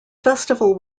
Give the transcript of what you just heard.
festival